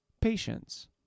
Patience